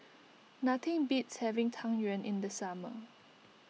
nothing beats having Tang Yuen in the summer